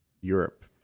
europe